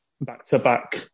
back-to-back